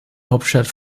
hauptstadt